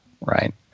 Right